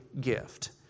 gift